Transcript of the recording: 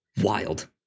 wild